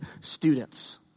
students